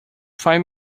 find